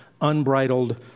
unbridled